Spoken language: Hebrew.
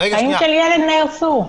חיים של ילד נהרסו.